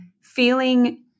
feeling